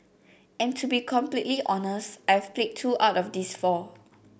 and to be completely honest I have played two out of these four